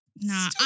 Nah